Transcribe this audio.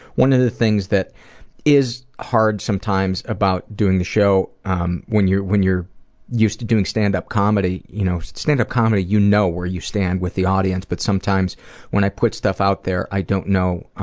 one of the things that is hard sometimes about doing the show um when you're when you're used to doing stand-up comedy you know, stand-up comedy you know where you stand with the audience but sometimes when i put stuff out there i don't know